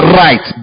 right